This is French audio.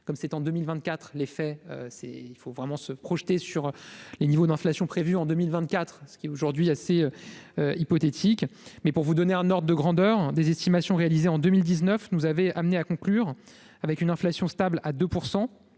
faits c'est il faut vraiment se projeter sur les niveaux d'inflation prévue en 2024 ce qui est aujourd'hui assez hypothétique, mais pour vous donner un ordre de grandeur des estimations réalisées en 2019 nous avait amené à conclure avec une inflation stable à 2